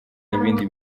ibindi